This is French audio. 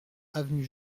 avenue